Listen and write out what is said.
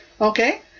Okay